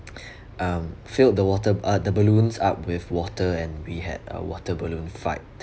um filled the water uh the balloons up with water and we had a water balloon fight